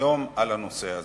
לסדר-היום בנושא הזה.